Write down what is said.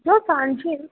छो तव्हांजे